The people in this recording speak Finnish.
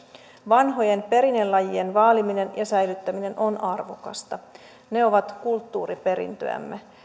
vanhojen perinnelajien vaaliminen ja säilyttäminen on arvokasta ne ovat kulttuuriperintöämme